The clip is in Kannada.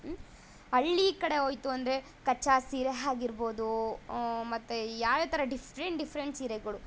ಹಳ್ಳಿ ಕಡೆ ಹೋಯ್ತು ಅಂದರೆ ಕಚ್ಚಾ ಸೀರೆ ಆಗಿರ್ಬೋದು ಮತ್ತು ಯಾವ್ಯಾವ ಥರ ಡಿಫ್ರೆಂಟ್ ಡಿಫ್ರೆಂಟ್ ಸೀರೆಗಳು